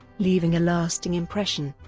leaving a lasting impression,